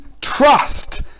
trust